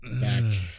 back